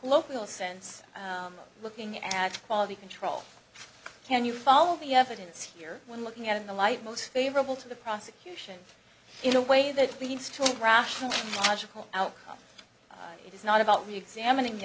local sense looking at quality control can you follow the evidence here when looking at the light most favorable to the prosecution in a way that leads to a rational logical outcome it is not about me examining the